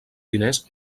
diners